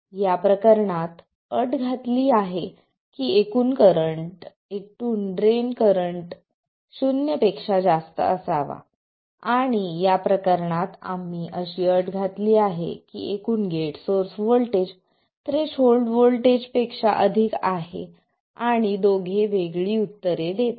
या प्रकरणात आम्ही अट घातली आहे की एकूण ड्रेन करंट शून्य पेक्षा जास्त असावा आणि या प्रकरणात आम्ही अशी अट घातली आहे की एकूण गेट सोर्स व्होल्टेज थ्रेशोल्ड व्होल्टेजपेक्षा अधिक आहे आणि दोघे वेगळी उत्तरे देतात